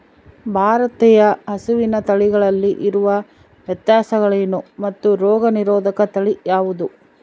ಭಾರತೇಯ ಹಸುವಿನ ತಳಿಗಳಲ್ಲಿ ಇರುವ ವ್ಯತ್ಯಾಸಗಳೇನು ಮತ್ತು ರೋಗನಿರೋಧಕ ತಳಿ ಯಾವುದು?